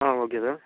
ah okay sir